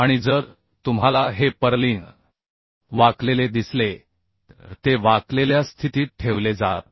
आणि जर तुम्हाला हे पर्लिन वाकलेले दिसले तर ते वाकलेल्या स्थितीत ठेवले जातात